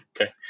Okay